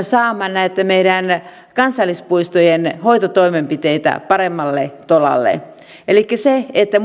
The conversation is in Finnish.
saamaan näitä meidän kansallispuistojemme hoitotoimenpiteitä paremmalle tolalle elikkä muistetaan se että